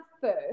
first